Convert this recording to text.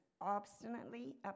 obstinately